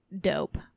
dope